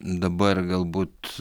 dabar galbūt